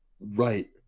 Right